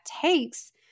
takes